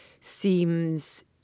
seems